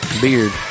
Beard